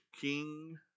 king